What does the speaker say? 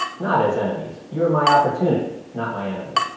not as enemies. you are my opportunity, not my enemy.